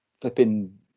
flipping